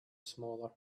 smaller